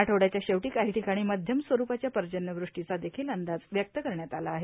आठवडचाच्या शेवटी काही ठिकाणी मध्यम स्वरूपाच्या पर्जन्यवृष्टीचा देखिल अंदाज व्यक्त करण्यात आला आहे